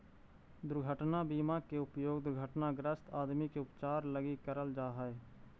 दुर्घटना बीमा के उपयोग दुर्घटनाग्रस्त आदमी के उपचार लगी करल जा हई